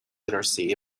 literacy